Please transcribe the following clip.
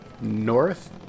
north